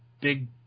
Big